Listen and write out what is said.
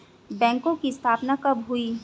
बैंकों की स्थापना कब हुई?